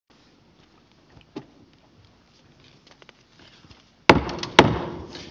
käsittelyn pohjana